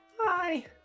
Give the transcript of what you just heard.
Hi